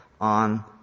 on